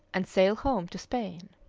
and sail home to spain.